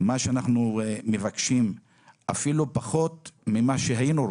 אנחנו מבקשים אפילו פחות ממה שהיינו רוצים,